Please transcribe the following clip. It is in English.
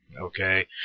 Okay